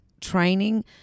training